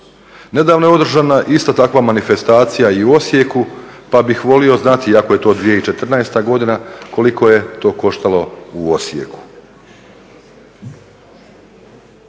Nedavno je održana ista takva manifestacija i u Osijeku pa bih volio znati iako je to 2014.godina koliko je to koštalo u Osijeku.